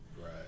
Right